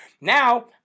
Now